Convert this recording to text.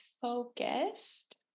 focused